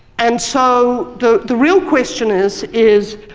and so the the real question is is